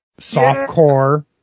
softcore